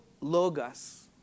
Logos